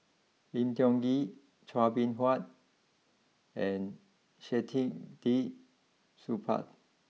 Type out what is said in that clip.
Lim Tiong Ghee Chua Beng Huat and Saktiandi Supaat